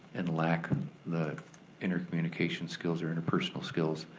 and lack the intercommunication skills or interpersonal skills